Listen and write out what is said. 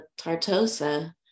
Tartosa